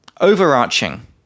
Overarching